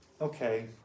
okay